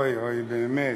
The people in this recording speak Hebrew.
אוי, באמת.